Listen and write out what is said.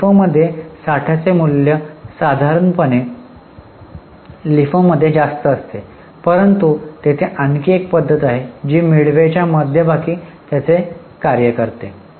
फिफोमध्ये साठ्याचे मूल्य साधारणपणे लिफोमध्ये जास्त असते परंतु तेथे आणखी एक पद्धत आहे जी मिडवेच्या मध्यभागी त्याचे कार्य करते